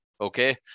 Okay